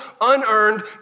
unearned